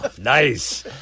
Nice